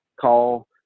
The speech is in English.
call